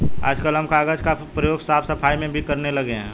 आजकल हम कागज का प्रयोग साफ सफाई में भी करने लगे हैं